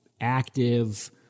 active